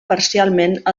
parcialment